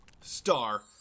Star